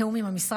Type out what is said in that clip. בתיאום עם המשרד,